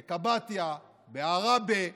בקבאטיה, בעראבה,